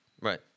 right